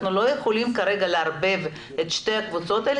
אנחנו לא יכולים כרגע לערבב את שתי הקבוצות האלה